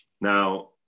Now